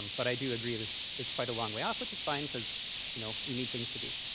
but i do agree this is quite a long way off, which is fine, because you know we need things to do.